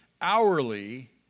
hourly